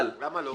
אבל --- למה לא?